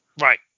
Right